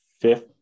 fifth